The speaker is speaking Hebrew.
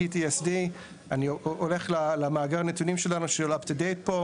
אני הולך למאגר הנתונים המעודכן שלנו,